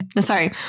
sorry